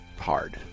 hard